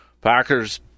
Packers